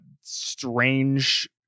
strange